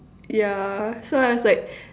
yeah so I was like